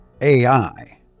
AI